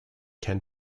can